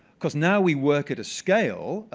because now we work at a scale.